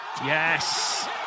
Yes